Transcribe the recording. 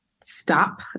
stop